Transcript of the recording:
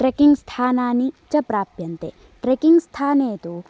trekking स्थानानि च प्राप्यन्ते ट्रेकिंग् स्थाने तु